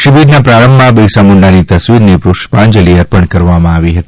શિબિરના પ્રારંભમાં બિરસા મુંડાની તસવીરને પુષ્પાંજલી અર્પણ કરવામાં આવી હતી